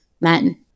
men